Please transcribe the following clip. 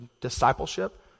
discipleship